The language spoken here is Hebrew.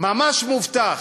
ממש מובטח.